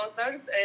others